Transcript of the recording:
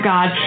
God